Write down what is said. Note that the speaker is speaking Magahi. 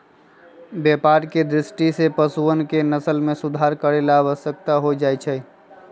व्यापार के दृष्टि से पशुअन के नस्ल के सुधार करे ला आवश्यक हो जाहई